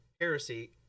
heresy